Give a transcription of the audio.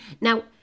Now